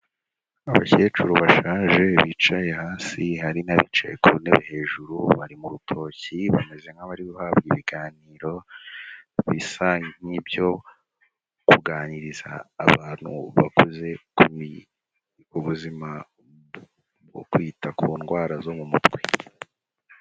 Abakecuru bashaje bicaye hasi, hari n'abicaye ku ntebe hejuru, bari mu rutoki, bameze nk'abari guhabwa ibiganiro, bisa nk'ibyo kuganiriza abantu bakuze, kumenya ubuzima bwo kwita ku ndwara zo mu mutwe.